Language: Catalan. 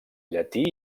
llatí